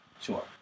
Sure